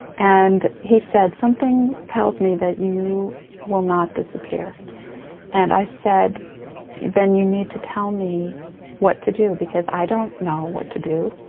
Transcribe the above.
and he said something tells me that you will not disappear and i said then you need to tell me what to do because i don't know what to do,